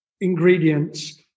ingredients